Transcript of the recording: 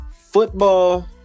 football